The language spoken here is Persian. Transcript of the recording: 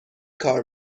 کار